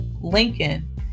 Lincoln